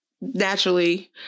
naturally